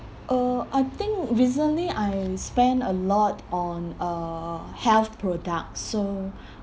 uh I think recently I spend a lot on uh health product so